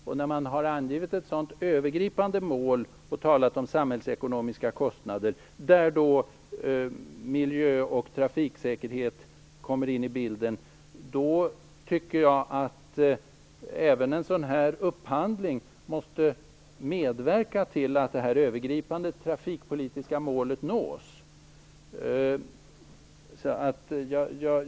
Eftersom man har angivit ett så övergripande mål och talat om samhällsekonomiska kostnader, där miljö och trafiksäkerhet kommer in i bilden, tycker jag att även en sådan här upphandling måste medverka till att det övergripande trafikpolitiska målet nås.